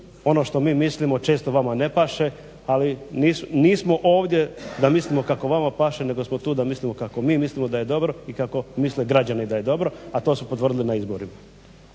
ono što mi mislimo često vama ne paše ali nismo ovdje da mislimo kako vama paše nego smo tu da mislimo kako mi mislimo da je dobro i kako misle građani da je dobro a to su potvrdili na izborima.